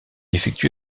effectue